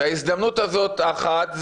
וההזדמנות הזאת אחת,